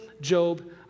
Job